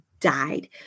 died